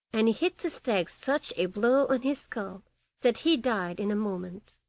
and he hit the stag such a blow on his skull that he died in a moment.